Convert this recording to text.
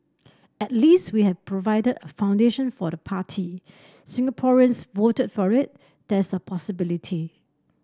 at least we have provided a foundation for the party Singaporeans voted for it there's a possibility